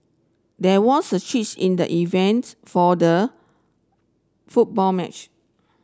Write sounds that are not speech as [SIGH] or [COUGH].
there was a [UNINTELLIGIBLE] in the evens for the football match